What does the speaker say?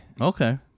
Okay